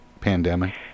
pandemic